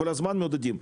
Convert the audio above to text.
כל הזמן מעודדים,